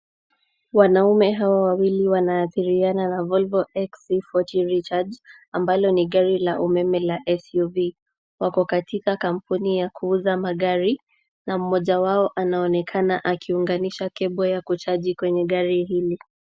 Wanaume hwa wawili wanaashiriana na Volvo 4C folty recharge , ambalo ni gari la umeme la SUV. Wako katika kampuni ya kuuza magari na mmoja wao anaonekana akiunganisha kebo ya kuchaji kwenye gari hili.